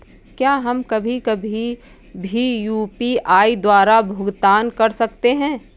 क्या हम कभी कभी भी यू.पी.आई द्वारा भुगतान कर सकते हैं?